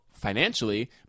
financially